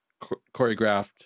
choreographed